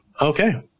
okay